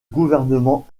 gouvernement